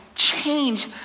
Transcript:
Change